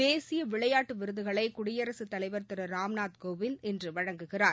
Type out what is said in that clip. தேசிய விளையாட்டு விருதுகளை குடியரசுத் தலைவர் திரு ராம்நாத் கோவிந்த் இன்று வழங்குகிறார்